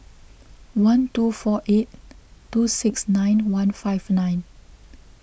one two four eight two six nine one five nine